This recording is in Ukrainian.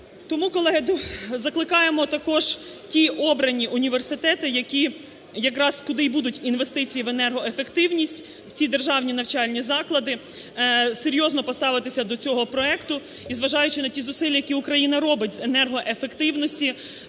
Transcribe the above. Тому, колеги, закликаємо також ті обрані університети, які якраз куди і будуть інвестиції в енергоефективність, в ці державні навчальні заклади серйозно поставитися до цього проекту. І, зважаючи на ті зусилля, які Україна робить з енергоефективності,